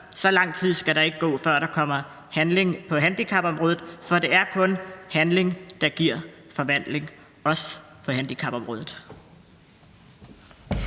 Så lang tid skal der ikke gå, før der kommer handling på handicapområdet, for det er kun handling, der giver forvandling – også på handicapområdet.